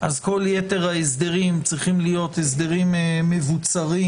כל יתר ההסדרים צריכים להיות הסדרים מבוצרים